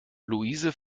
luise